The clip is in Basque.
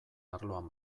arloan